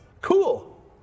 Cool